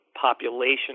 Population